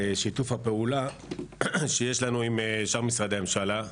שיתוף הפעולה שיש לנו עם שאר משרדי הממשלה.